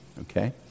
Okay